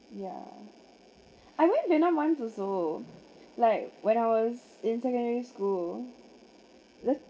yeah I went vietnam once also like when I was in secondary school just